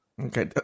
Okay